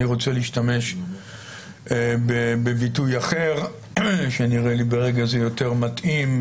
אני רוצה להשתמש בביטוי אחר שנראה לי ברגע זה יותר מתאים,